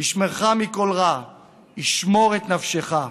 ישמרך מכל רע ישמֹר את נפשך.